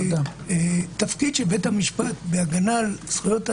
התפקיד של בית המשפט בהגנה על זכויות אדם,